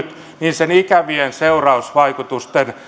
niin sen ikävien seurausvaikutusten